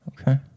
Okay